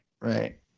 right